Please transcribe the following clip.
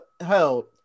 held